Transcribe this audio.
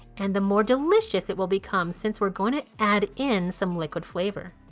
and the more delicious it will become since we're going to add in some liquid flavour.